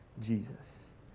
Jesus